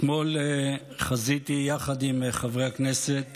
אתמול חזיתי יחד עם חברי הכנסת